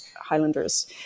Highlanders